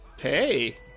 Hey